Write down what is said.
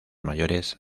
mayores